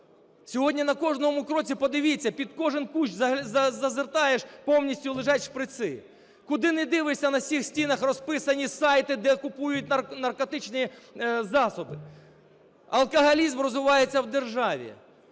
Сьогодні на кожному кроці, подивіться, під кожен кущ зазираєш – повністю лежать шприци! Куди не дивишся – на всіх стінах розписані сайти, де купують наркотичні засоби! Алкоголізм розвивається в державі!